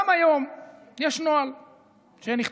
גם היום יש נוהל שנכתב,